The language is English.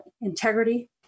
integrity